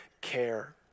care